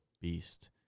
beast